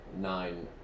nine